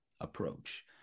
approach